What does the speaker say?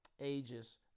ages